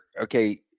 okay